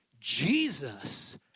Jesus